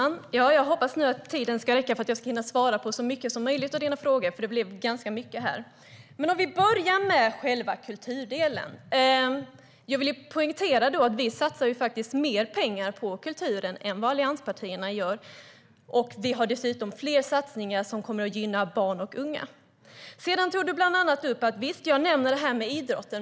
Herr talman! Jag hoppas att tiden ska räcka, så att jag hinner svara på så många som möjligt av dina frågor, för det blev ganska mycket. Jag vill börja med själva kulturdelen. Jag vill poängtera att vi satsar mer pengar på kulturen än vad allianspartierna gör. Vi har dessutom fler satsningar som kommer att gynna barn och unga. Du tog upp att jag pratade om idrott.